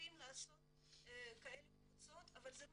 חייבים לעשות כאלה קבוצות, אבל זה במיקרו.